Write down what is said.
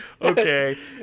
okay